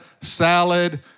salad